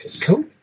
Cool